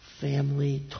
family